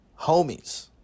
homies